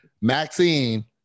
Maxine